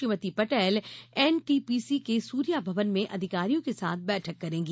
Shrimati Patel NTPC के सूर्या भवन में अधिकारियों के साथ बैठक करेंगी